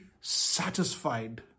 satisfied